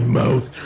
mouth